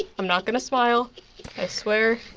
i'm not gonna smile. i swear.